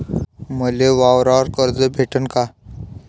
मले वावरावर कर्ज भेटन का?